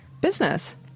business